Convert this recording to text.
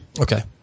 Okay